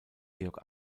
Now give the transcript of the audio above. georg